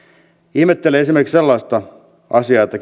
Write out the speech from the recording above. ihmettelen esimerkiksi sellaista asiaa että